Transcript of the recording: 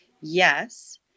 Yes